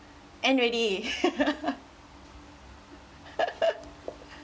end already